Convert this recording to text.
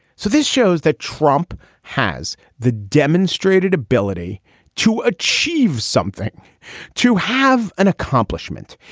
so this shows that trump has the demonstrated ability to achieve something to have an accomplishment.